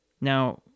Now